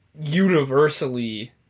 universally